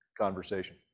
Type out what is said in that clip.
conversation